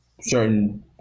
certain